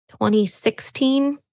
2016